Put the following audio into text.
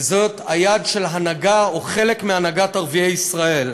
וזו היד של ההנהגה, או חלק מהנהגת ערביי ישראל,